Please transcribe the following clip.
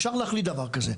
אפשר להחליט דבר כזה,